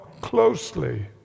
closely